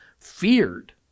feared